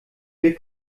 will